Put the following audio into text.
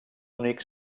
únic